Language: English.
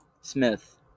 Smith